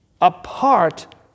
apart